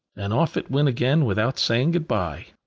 and off it went again without saying good-bye.